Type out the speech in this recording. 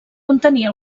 contenir